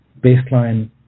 baseline